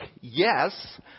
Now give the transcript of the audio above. yes